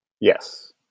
Yes